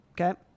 Okay